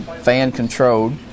fan-controlled